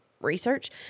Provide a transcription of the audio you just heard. research